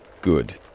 Good